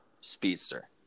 Speedster